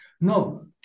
No